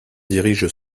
dirige